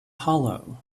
hollow